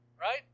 right